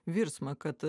virsmą kad